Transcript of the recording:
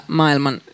maailman